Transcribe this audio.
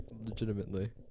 legitimately